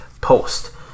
post